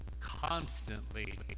constantly